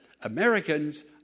Americans